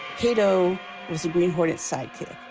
kato was the green hornet's sidekick.